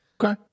Okay